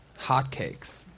Hotcakes